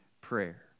prayer